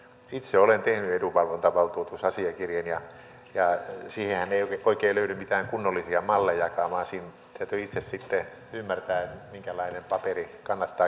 itse olen tehnyt edunvalvontavaltuutusasiakirjan ja siihenhän ei oikein löydy mitään kunnollisia mallejakaan vaan siinä täytyy itse sitten ymmärtää minkälainen paperi kannattaa kirjoittaa